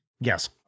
Yes